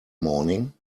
morning